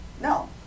No